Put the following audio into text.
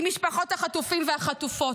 היא משפחות החטופים והחטופות,